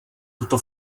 tuto